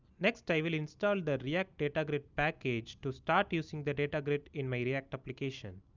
next i will install the react data grid package to start using the data grid in my react application.